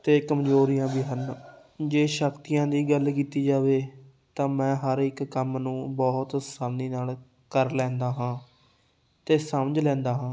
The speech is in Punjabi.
ਅਤੇ ਕਮਜ਼ੋਰੀਆਂ ਵੀ ਹਨ ਜੇ ਸ਼ਕਤੀਆਂ ਦੀ ਗੱਲ ਕੀਤੀ ਜਾਵੇ ਤਾਂ ਮੈਂ ਹਰ ਇੱਕ ਕੰਮ ਨੂੰ ਬਹੁਤ ਆਸਾਨੀ ਨਾਲ ਕਰ ਲੈਂਦਾ ਹਾਂ ਅਤੇ ਸਮਝ ਲੈਂਦਾ ਹਾਂ